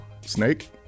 Snake